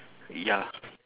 ya